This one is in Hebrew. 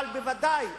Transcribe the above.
אבל בוודאי,